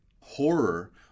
horror